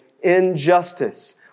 injustice